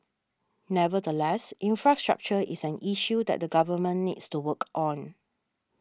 nevertheless infrastructure is an issue that the government needs to work on